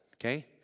Okay